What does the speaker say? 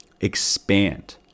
expand